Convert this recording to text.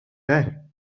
bij